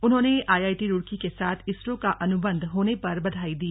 उन्होंने आईआईटी रुड़की के साथ इसरो का अनुबंध होने पर बधाई दी